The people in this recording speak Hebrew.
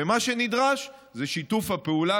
ומה שנדרש זה שיתוף הפעולה,